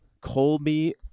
Colby